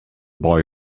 boy